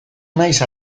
naiz